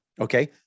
Okay